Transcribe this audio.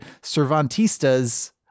Cervantista's